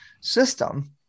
system